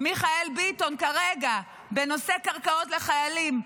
מיכאל ביטון כרגע בנושא קרקעות לחיילים.